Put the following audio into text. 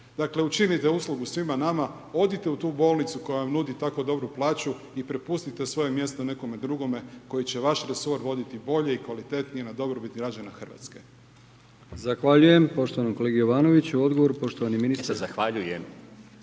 Dakle, učinite uslugu svima nama, odite u tu bolnicu koja vam nudi tako dobru plaću i prepustite svoje mjesto nekome drugome koji će vaš resor voditi bolje i kvalitetnije na dobrobit građana Hrvatske.